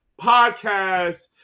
podcast